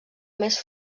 més